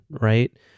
right